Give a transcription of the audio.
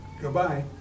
goodbye